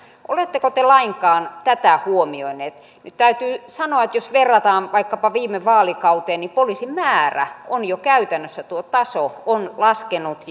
oletteko te lainkaan tätä huomioineet täytyy sanoa että jos verrataan vaikkapa viime vaalikauteen niin poliisien määrä on jo käytännössä tuo taso laskenut